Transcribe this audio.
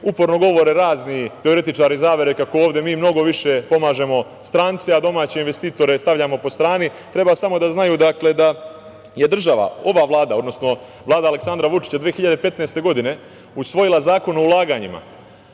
uporno govore razni teoretičari zavere, kako ovde mi mnogo više pomažemo strance, a domaće investitore stavljamo po strani. Treba samo da znaju da je država, ova Vlada, odnosno Vlada Aleksandra Vučića 2015. godine, usvojila Zakon o ulaganjima